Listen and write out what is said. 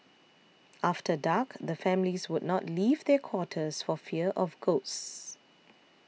after dark the families would not leave their quarters for fear of ghosts